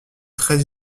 très